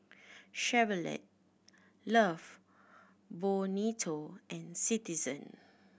Chevrolet Love Bonito and Citizen